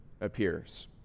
appears